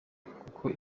kuko